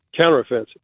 counteroffensive